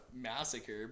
massacre